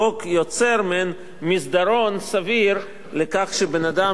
החוק יוצר מעין מסדרון סביר לכך שבן-אדם